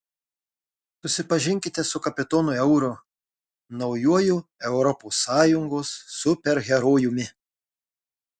susipažinkite su kapitonu euru naujuoju europos sąjungos superherojumi